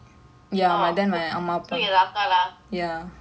oh so தங்கச்சி இருக்கலா:thangachi irukkaalaa lah